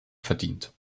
verdient